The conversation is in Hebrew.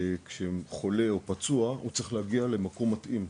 כשחולה או פצוע, הוא צריך להגיע למקום מתאים.